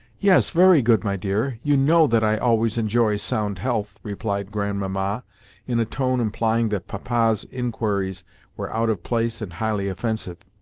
yes, very good, my dear you know that i always enjoy sound health, replied grandmamma in a tone implying that papa's inquiries were out of place and highly offensive.